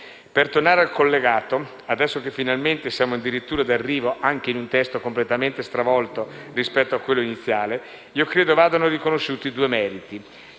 Per tornare al collegato, adesso che finalmente siamo in dirittura d'arrivo anche in un testo completamente stravolto rispetto a quello iniziale, io credo gli vadano riconosciuti due meriti.